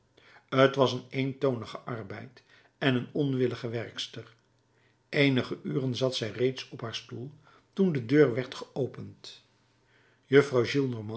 t was een eentonige arbeid en een onwillige werkster eenige uren zat zij reeds op haar stoel toen de deur werd geopend juffrouw